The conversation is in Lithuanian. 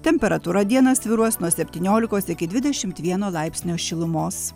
temperatūra dieną svyruos nuo septyniolikos iki dvidešimt vieno laipsnio šilumos